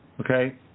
okay